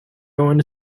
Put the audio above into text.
going